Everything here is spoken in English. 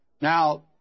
Now